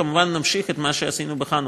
כמובן שנמשיך את מה שעשינו בחנוכה,